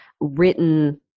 written